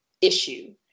issue